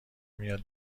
میاد